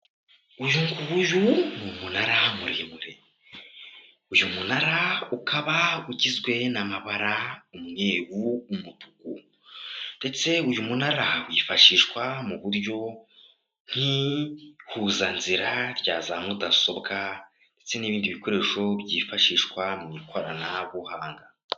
Uyu nguyu n'umunara muremure, uyu munara ukaba ugizwe n'amabara, umweru n'umutuku ndetse uyu munara wifashishwa mu buryo nk'ihuza nzira rya za mudasobwa ndetse n'ibindi bikoresho byifashishwa mu ikoranabuhanga.